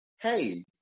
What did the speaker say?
hey